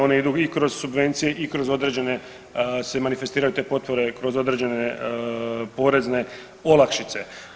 Oni idu i kroz subvencije i kroz određene se manifestiraju te potpore kroz određene porezne olakšice.